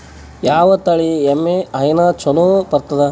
ಯಾವ ತಳಿ ಎಮ್ಮಿ ಹೈನ ಚಲೋ ಬರ್ತದ?